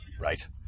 Right